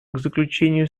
заключению